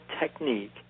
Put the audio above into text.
technique